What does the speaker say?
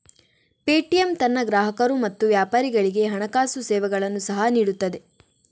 Paytm ತನ್ನ ಗ್ರಾಹಕರು ಮತ್ತು ವ್ಯಾಪಾರಿಗಳಿಗೆ ಹಣಕಾಸು ಸೇವೆಗಳನ್ನು ಸಹ ನೀಡುತ್ತದೆ